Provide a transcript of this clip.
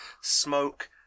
smoke